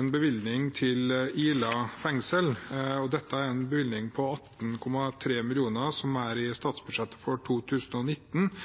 en bevilgning til Ila fengsel. Dette er en bevilgning på 18,3 mill. kr i statsbudsjettet for 2019, for å etablere en forsterket fellesskapsavdeling i